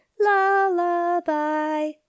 lullaby